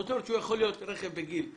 זה יכול להיות רכב בגיל עשר,